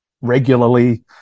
regularly